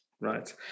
Right